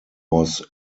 was